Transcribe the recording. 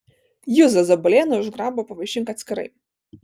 juzą zabulėną už grabą pavaišink atskirai